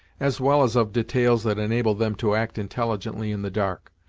as well as of details that enabled them to act intelligently in the dark.